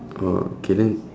oh okay then